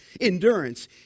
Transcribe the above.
endurance